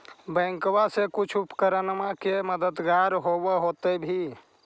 बैंकबा से कुछ उपकरणमा के मददगार होब होतै भी?